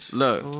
look